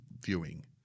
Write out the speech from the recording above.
viewing